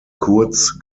kurz